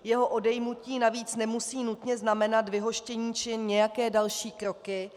Jeho odejmutí navíc nemusí nutně znamenat vyhoštění či nějaké další kroky.